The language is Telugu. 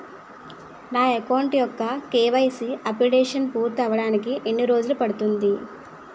నా అకౌంట్ యెక్క కే.వై.సీ అప్డేషన్ పూర్తి అవ్వడానికి ఎన్ని రోజులు పడుతుంది?